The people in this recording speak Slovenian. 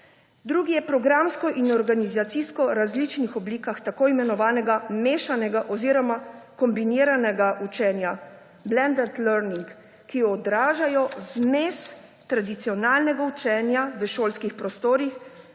strani; programsko in organizacijsko različne oblike tako imenovanega mešanega oziroma kombiniranega učenja, blended learning, ki odražajo zmes tradicionalnega učenja v šolskih prostorih,